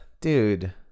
dude